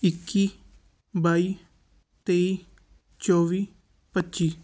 ਇੱਕੀ ਬਾਈ ਤੇਈ ਚੌਵੀ ਪੱਚੀ